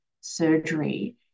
surgery